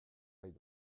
aille